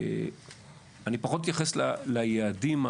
אני פחות אתייחס ליעדים,